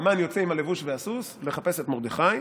המן יוצא עם הלבוש והסוס לחפש את מרדכי,